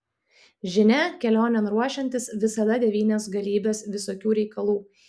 žinia kelionėn ruošiantis visada devynios galybės visokių reikalų